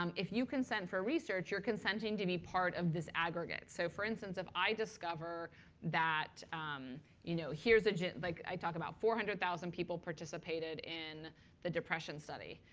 um if you consent for research, you're consenting to be part of this aggregate. so for instance, if i discover that you know ah yeah like i talk about four hundred thousand people participated in the depression study.